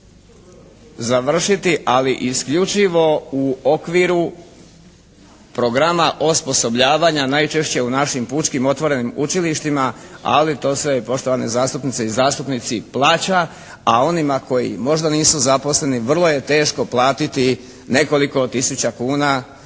završiti, ali isključivo u okviru Programa osposobljavanja najčešće u našim pučkim otvorenim učilištima, ali to se poštovane zastupnice i zastupnici plaća, a onima koji možda nisu zaposleni vrlo je teško platiti nekoliko tisuća kuna